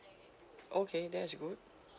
okay that's good